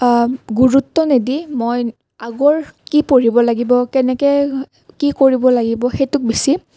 গুৰুত্ব নিদি মই আগৰ কি পঢ়িব লাগিব কেনেকৈ কি কৰিব লাগিব সেইটোত বেছি